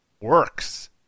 Works